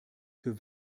für